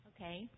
Okay